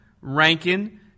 Rankin